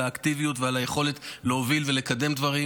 האקטיביות ועל היכולת להוביל ולקדם דברים.